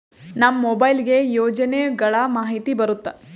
ನಮ್ ಮೊಬೈಲ್ ಗೆ ಯೋಜನೆ ಗಳಮಾಹಿತಿ ಬರುತ್ತ?